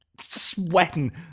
sweating